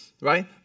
right